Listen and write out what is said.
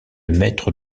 maître